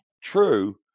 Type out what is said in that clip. true